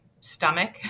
stomach